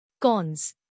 Cons